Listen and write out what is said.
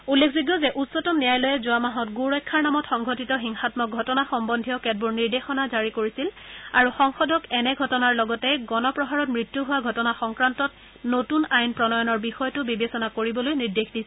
উল্লেখযোগ্য যে উচ্চতম ন্যায়ালয়ে যোৱা মাহত গো ৰক্ষাৰ নামত সংঘটিত হিংসামক ঘটনা সম্বন্ধীয় কেতবোৰ নিৰ্দেশনা জাৰি কৰিছিল আৰু সংসদক এনে ঘটনাৰ লগতে গণ প্ৰহাৰত মৃত্যু হোৱা ঘটনা সংক্ৰান্তত নতুন আইন প্ৰণয়নৰ বিষয়টো বিবেচনা কৰিবলৈ নিৰ্দেশ দিছিল